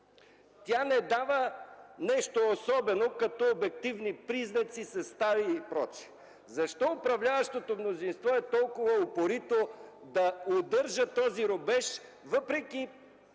Тя не дава нещо особено като обективни признаци, състави или прочее. Защо управляващото мнозинство е толкова упорито да удържа този рубеж, въпреки